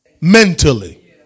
Mentally